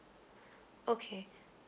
okay